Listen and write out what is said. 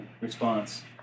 Response